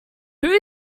who